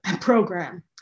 program